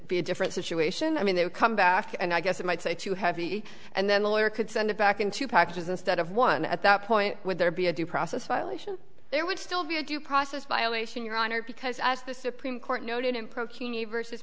be a different situation i mean they would come back and i guess it might say too heavy and then the lawyer could send it back in two packages instead of one at that point would there be a due process violation there would still be a due process violation your honor because as the supreme court noted in procuring a versus